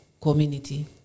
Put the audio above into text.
community